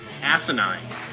asinine